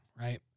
right